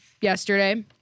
yesterday